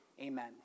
amen